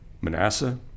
Manasseh